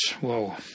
whoa